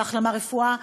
והחלמה מהירה,